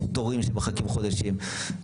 ויש שמחכים לתורים חודשים.